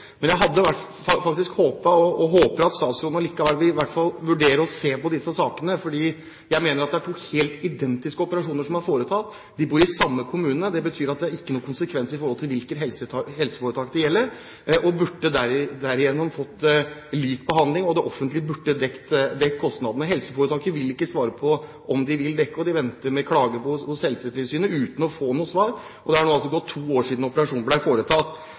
Men jeg hadde håpet – og håper – at statsråden allikevel vil vurdere å se på disse sakene. Jeg mener at det er to helt identiske operasjoner som er foretatt. Pasientene bor i samme kommune. Det betyr at det ikke er noen konsekvens med hensyn til hvilket helseforetak det gjelder. De burde derfor fått lik behandling, og det offentlige burde ha dekket kostnadene. Helseforetaket vil ikke svare på om de vil dekke kostnadene. Pasientene har klaget til Helsetilsynet uten å få noe svar. Det har nå gått to år siden operasjonen ble foretatt.